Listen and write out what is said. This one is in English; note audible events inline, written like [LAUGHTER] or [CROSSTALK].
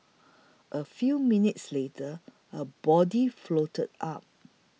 [NOISE] a few minutes later a body floated up